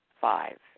five